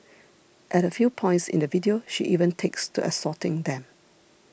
at a few points in the video she even takes to assaulting them